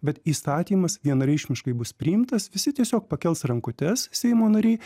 bet įstatymas vienareikšmiškai bus priimtas visi tiesiog pakels rankutes seimo nariai